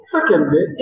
Secondly